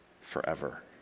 forever